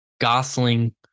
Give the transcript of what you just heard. Gosling